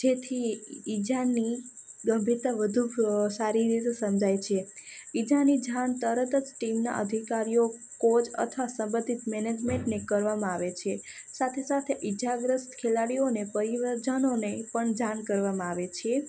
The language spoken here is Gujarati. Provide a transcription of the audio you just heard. જેથી ઇજાની ગંભીરતા વધુ સારી રીતે સમજાય છે ઇજાની જાણ તરત જ ટીમના અધિકારીઓ કોચ અથવા સંબંધિત મેનેજમેન્ટને કરવામાં આવે છે સાથે સાથે ઇજાગ્રસ્ત ખેલાડીઓને પરિવારજનોને પણ જાણ કરવામાં આવે છે